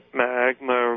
magma